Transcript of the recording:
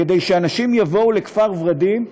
כדי שאנשים יבואו לכפר ורדים,